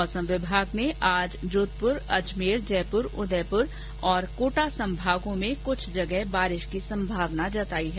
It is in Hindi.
मौसम विभाग ने आज जोधपुर अजमेर जयपुर उदयपुर और कोटा संभागों में कुछ जगह बारिश की संभावना जताई है